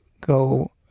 go